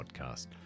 podcast